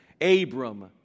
Abram